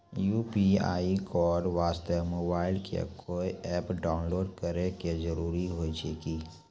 UPI code वास्ते mobile मे कोय एप्प डाउनलोड करे के जरूरी होय छै की?